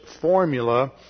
formula